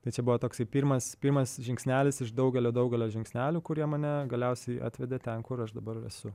tai čia buvo toksai pirmas pirmas žingsnelis iš daugelio daugelio žingsnelių kurie mane galiausiai atvedė ten kur aš dabar esu